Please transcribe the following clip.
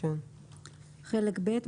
אני